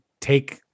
take